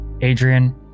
Adrian